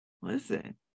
Listen